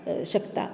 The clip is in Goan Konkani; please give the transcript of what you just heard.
शकता